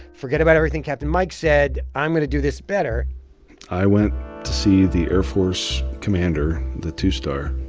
forget about everything captain mike said i'm going to do this better i went to see the air force commander, the two-star.